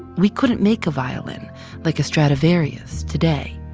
we couldn't make a violin like a stradivarius today.